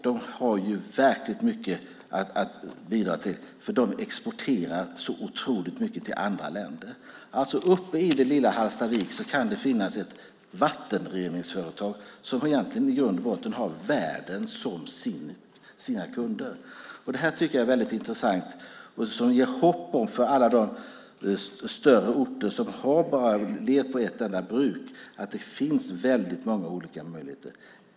De har verkligt mycket att bidra med, för de exporterar så otroligt mycket till andra länder. Uppe i det lilla Hallstavik kan det alltså finnas ett vattenreningsföretag som i grund och botten har världen som sina kunder. Det här tycker jag är väldigt intressant och ger hopp till alla de större orter som har levt på ett enda bruk. Det finns många olika möjligheter.